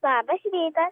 labas rytas